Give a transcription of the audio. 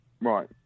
Right